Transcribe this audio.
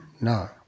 no